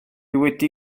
wedi